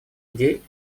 идей